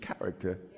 character